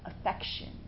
affection